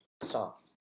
Stop